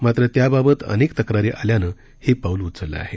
मात्र त्याबाबत अनेक तक्रारी आल्यानं हे पाऊल उचललं आहे